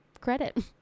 credit